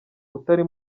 utari